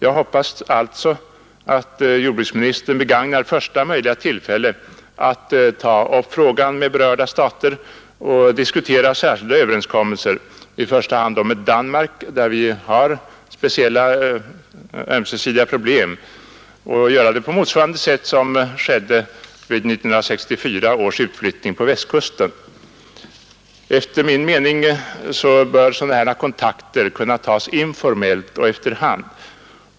Jag hoppas alltså att jordbruksministern begagnar första möjliga tillfälle att ta upp frågan med berörda stater och diskutera särskilda överenskommelser — i första hand då med Danmark, där vi har speciella ömsesidiga problem — samt att han gör det på motsvarande sätt som 11 skedde vid 1964 års utflyttning på Västkusten. Efter min mening bör sådana kontakter kunna tas informellt och efter hand.